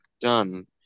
done